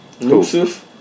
Lucif